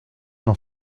n’en